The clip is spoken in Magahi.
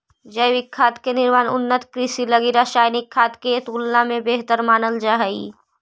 जैविक खाद के निर्माण उन्नत कृषि लगी रासायनिक खाद के तुलना में बेहतर मानल जा हइ